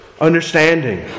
understanding